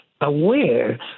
aware